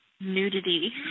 Nudity